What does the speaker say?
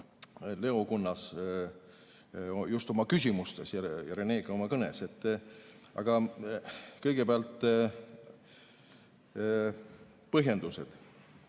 Leo Kunnas just oma küsimustes ja Rene ka oma kõnes. Aga kõigepealt põhjendused.